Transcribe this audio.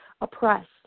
oppressed